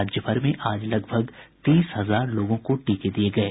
राज्यभर में आज लगभग तीस हजार लोगों को टीके दिये गये